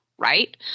Right